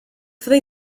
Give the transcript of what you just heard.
fyddi